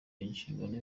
inshingano